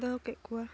ᱫᱟᱦᱚ ᱠᱮᱫ ᱠᱚᱣᱟ